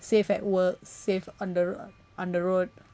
safe at work safe on the err on the road